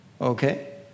Okay